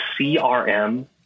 CRM